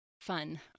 fun